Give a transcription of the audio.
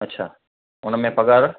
अच्छा हुन में पघारु